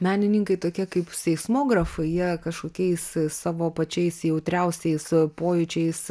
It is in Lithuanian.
menininkai tokie kaip seismografai jie kažkokiais savo pačiais jautriausiais pojūčiais